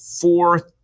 four